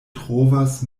trovas